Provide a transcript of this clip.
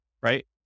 right